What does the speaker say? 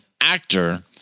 actor